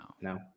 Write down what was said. No